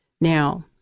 Now